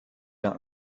not